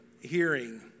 hearing